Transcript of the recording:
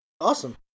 Awesome